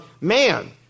man